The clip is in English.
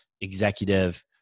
executive